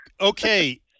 Okay